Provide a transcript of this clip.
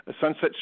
Sunset